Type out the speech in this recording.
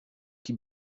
qui